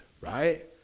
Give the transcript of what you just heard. right